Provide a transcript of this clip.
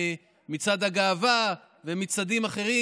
מצעד הגאווה ומצעדים אחרים.